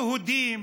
יהודים,